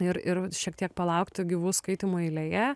ir ir šiek tiek palaukti gyvų skaitymų eilėje